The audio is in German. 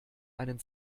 einen